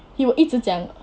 he will 一直讲